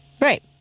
Right